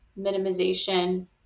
minimization